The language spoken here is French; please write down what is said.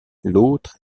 l’autre